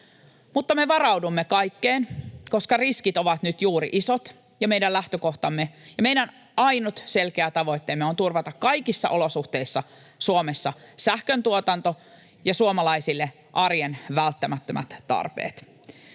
Mutta me varaudumme kaikkeen, koska riskit ovat juuri nyt isot, ja meidän lähtökohtamme ja ainut selkeä tavoitteemme on turvata kaikissa olosuhteissa Suomessa sähköntuotanto ja suomalaisille arjen välttämättömät tarpeet.